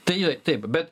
tai taip bet